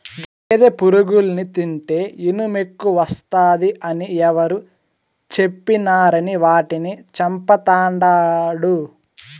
గేదె పురుగుల్ని తింటే ఇనుమెక్కువస్తాది అని ఎవరు చెప్పినారని వాటిని చంపతండాడు